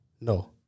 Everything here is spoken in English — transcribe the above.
No